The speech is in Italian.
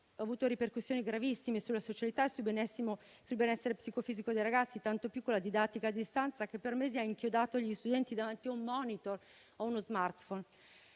avuto ripercussioni gravissime sulla socialità e sul benessere psicofisico dei ragazzi, tanto più con la didattica a distanza che per mesi ha inchiodato gli studenti davanti a un *monitor* o a uno *smartphone*.